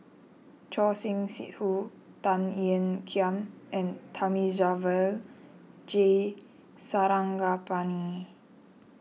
Choor Singh Sidhu Tan Ean Kiam and Thamizhavel G Sarangapani